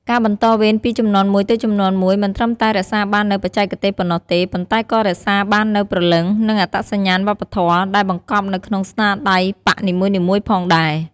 ការបន្តវេនពីជំនាន់មួយទៅជំនាន់មួយ មិនត្រឹមតែរក្សាបាននូវបច្ចេកទេសប៉ុណ្ណោះទេ ប៉ុន្តែក៏រក្សាបាននូវ ព្រលឹង និងអត្តសញ្ញាណវប្បធម៌ ដែលបង្កប់នៅក្នុងស្នាដៃប៉ាក់នីមួយៗផងដែរ។